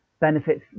benefits